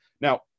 Now